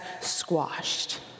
squashed